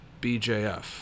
BJF